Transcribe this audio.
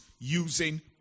using